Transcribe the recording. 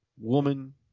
woman